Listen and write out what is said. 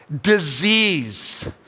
disease